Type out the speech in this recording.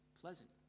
pleasant